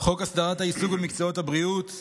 חוק הסדרת העיסוק במקצועות הבריאות,